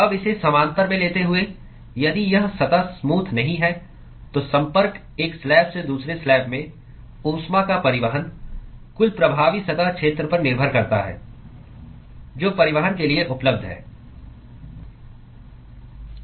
अब इसे समानांतर में लेते हुए यदि यह सतह स्मूथ नहीं है तो संपर्क एक स्लैब से दूसरे स्लैब में ऊष्मा का परिवहन कुल प्रभावी सतह क्षेत्र पर निर्भर करता है जो परिवहन के लिए उपलब्ध है